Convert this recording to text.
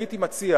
הייתי מציע